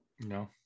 No